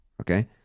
Okay